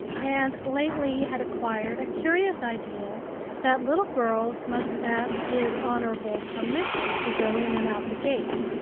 and lately had acquired a curious idea that little girls must ask his honorable permission to go in and out the gate.